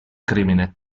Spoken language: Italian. crimine